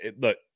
look